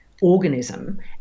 organism